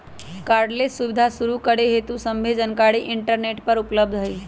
cardless सुबीधा शुरू करे हेतु सभ्भे जानकारीया इंटरनेट पर उपलब्ध हई